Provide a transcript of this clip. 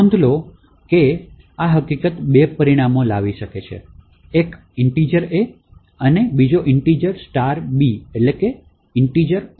તેથી નોંધ લો કે હકીકત બે પરિમાણો લે છે એક int a અને બીજો int b